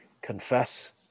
confess